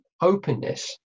openness